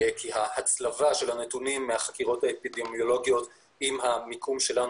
וכי ההצלבה של הנתונים מהחקירות האפידמיולוגיות עם המיקום שלנו,